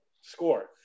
score